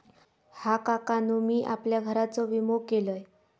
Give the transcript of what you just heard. हा, काकानु मी आपल्या घराचो विमा केलंय